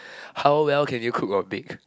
how well can you cook or bake